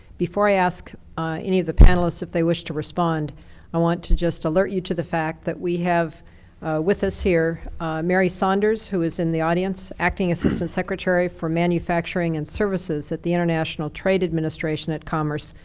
before i ask any of the panelists if they wish to respond i want to just alert you to the fact that we have with us here mary saunders, who is in the audience, acting assistant secretary for manufacturing and services at the international trade administration at commerce,